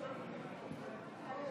אדוני